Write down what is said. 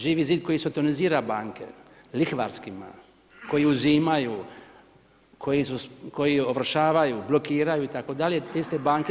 Živi zid koji sotonizira banke, lihvarskima, koji uzimaju, koji ovršavaju, blokiraju itd., te iste banke.